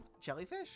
jellyfish